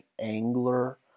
Angler